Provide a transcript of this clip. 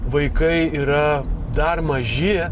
vaikai yra dar maži